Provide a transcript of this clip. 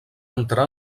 entrar